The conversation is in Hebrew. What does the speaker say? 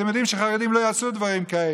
אתם יודעים שחרדים לא יעשו דברים כאלה.